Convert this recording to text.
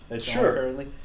Sure